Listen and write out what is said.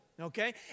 okay